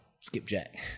skipjack